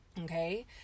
Okay